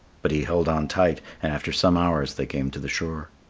but he held on tight and after some hours they came to the shore.